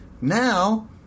Now